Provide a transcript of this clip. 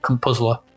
puzzler